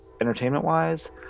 entertainment-wise